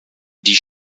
die